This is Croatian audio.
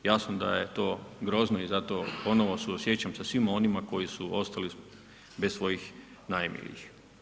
Jasno da je to grozno i zato ponovno suosjećam sa svima onima koji su ostali bez svojih najmilijih.